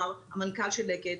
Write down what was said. המנכ"ל של לקט,